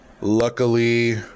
luckily